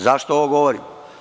Zašto ovo govorim?